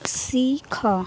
ଶିଖ